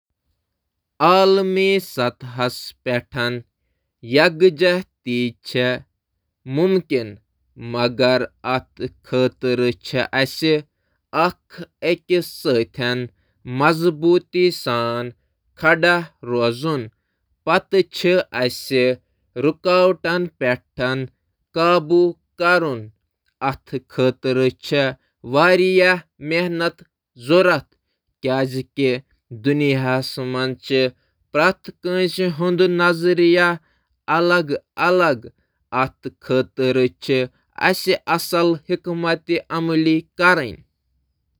آ، عالمی اتحاد چُھ ممکن، مگر اتھ خٲطرٕ آسہٕ چیلنجن پیٹھ قابو پانہٕ خٲطرٕ ٹھوس کوششہٕ ہنٛز ضرورت: